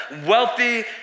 Wealthy